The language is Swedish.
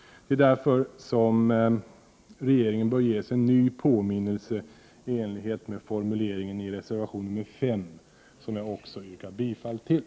Det är därför som regeringen bör få en ny påminnelse i enlighet med formuleringen i reservation nr 5, som jag också yrkar bifall till.